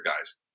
guys